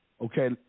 Okay